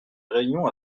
réunion